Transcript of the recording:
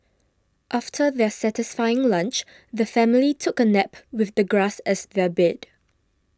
after their satisfying lunch the family took a nap with the grass as their bed